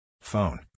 Phone